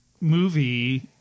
movie